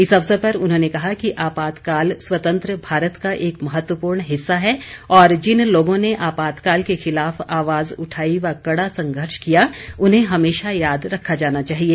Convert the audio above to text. इस अवसर पर उन्होंने कहा कि आपातकाल स्वतंत्र भारत का एक महत्वपूर्ण हिस्सा है और जिन लोगों ने आपातकाल के खिलाफ आवाज उठाई व कड़ा संघर्ष किया उन्हें हमेशा याद रखा जाना चाहिए